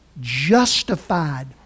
justified